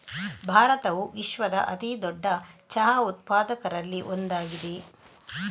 ಭಾರತವು ವಿಶ್ವದ ಅತಿ ದೊಡ್ಡ ಚಹಾ ಉತ್ಪಾದಕರಲ್ಲಿ ಒಂದಾಗಿದೆ